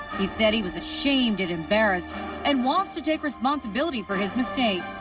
he said he was ashamed and embarrassed and wants to take responsibility for his mistake.